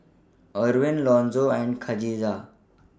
Erwin Lonzo and Kadijah